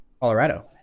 Colorado